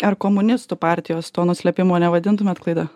ar komunistų partijos to nuslėpimo nevadintumėt klaida